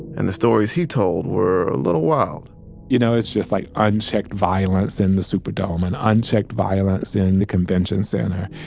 and the stories he told were a little wild you know, there's just, like, unchecked violence in the superdome and unchecked violence in the convention center.